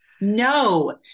no